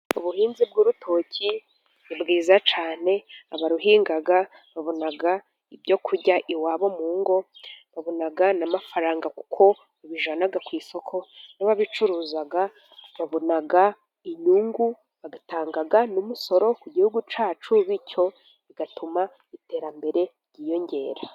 Ubuhinzi bw'urutoki ni bwiza cyane. Abaruhinga babona ibyo kurya iwabo mu ngo, babona n'amafaranga kuko babijyana ku isoko, n'ababicuruza babona inyungu, bagatanga n'umusoro ku gihugu cyacu, bityo bigatuma iterambere ryiyongera.